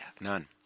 None